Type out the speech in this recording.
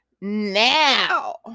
now